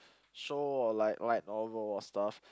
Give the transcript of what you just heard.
show or like like novel or stuff